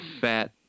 fat